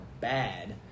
bad